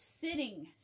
sitting